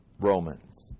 Romans